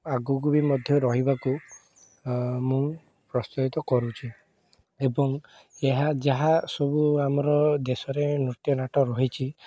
ଆଗକୁ ବି ମଧ୍ୟ ରହିବାକୁ ମୁଁ କରୁଛି ଏବଂ ଏହା ଯାହା ସବୁ ଆମର ଦେଶରେ ନୃତ୍ୟ ନାଟ ରହିଛି